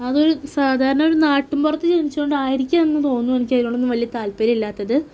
അതൊരു സാധാരണ ഒരു നാട്ടിന്പുറത്ത് ജനിച്ചതു കൊണ്ടായിരിക്കാം എന്നു തോന്നുന്നു എനിക്കതിനോട് വലിയ താത്പര്യം ഇല്ലാത്തത്